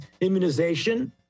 immunization